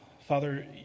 Father